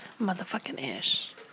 Motherfucking-ish